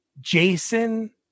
Jason